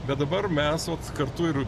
bet dabar mes kartu ir